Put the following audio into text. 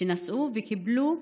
שנסעו וקיבלו